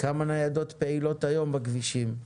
כמה ניידות פעילות היום בכבישים?